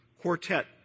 quartet